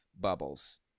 bubbles